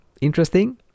interesting